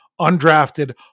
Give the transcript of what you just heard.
Undrafted